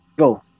Go